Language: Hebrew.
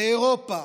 באירופה,